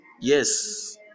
yes